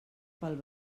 pel